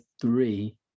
three